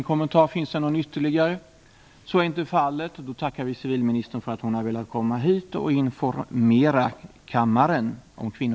Herr talman!